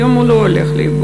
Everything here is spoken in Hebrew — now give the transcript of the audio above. היום הוא לא הולך לאיבוד.